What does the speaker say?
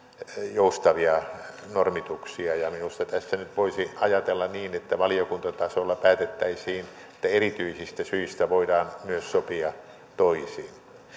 joustavia normituksia ja minusta tässä nyt voisi ajatella niin että valiokuntatasolla päätettäisiin että erityisistä syistä voidaan myös sopia toisin